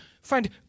find